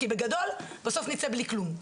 כי בגדול בסוף נצא בלי כלום.